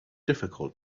difficult